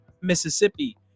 Mississippi